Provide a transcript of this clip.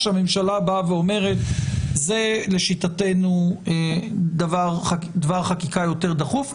שהממשלה אומרת זה לשיטתנו דבר חקיקה יותר דחוף.